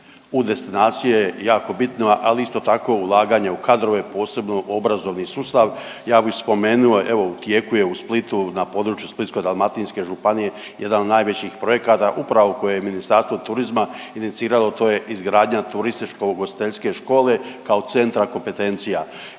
u destinacije je jako bitno, ali isto tako ulaganje u kadrove, posebno obrazovni sustav. Ja bih spomenuo evo u tijeku je u Splitu, na području Splitsko-dalmatinske županije jedan od najvećih projekata upravo koje je Ministarstvo turizma iniciralo to je izgradnja Turističko-ugostiteljske škole kao centra kompetencija.